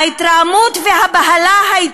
ההתרעמות והבהלה היו